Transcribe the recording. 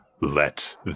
Let